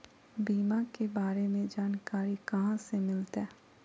बीमा के बारे में जानकारी कहा से मिलते?